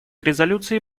резолюции